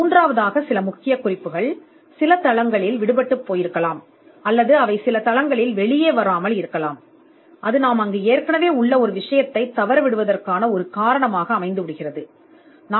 மூன்றாவதாக சில தரவுத்தளங்களில் தவறவிட்ட சில முக்கிய குறிப்புகள் இருக்கலாம் அல்லது அவை சில தரவுத்தளங்களில் வீசப்படாது மேலும் ஏற்கனவே இருந்த ஒன்றைக் காண இது ஒரு காரணமாக இருக்கலாம்